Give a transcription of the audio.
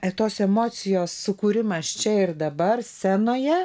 ar tos emocijos sukūrimas čia ir dabar scenoje